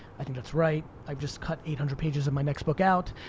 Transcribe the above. i think that's right. i've just cut eight hundred pages of my next book out.